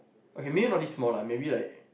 okay maybe not this small lah maybe like